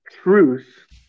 truth